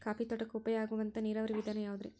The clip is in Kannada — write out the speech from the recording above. ಕಾಫಿ ತೋಟಕ್ಕ ಉಪಾಯ ಆಗುವಂತ ನೇರಾವರಿ ವಿಧಾನ ಯಾವುದ್ರೇ?